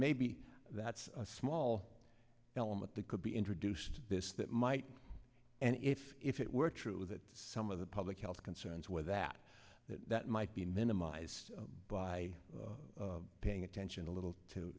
maybe that's a small element that could be introduced this that might and if if it were true that some of the public health concerns were that that that might be minimized by paying attention a little too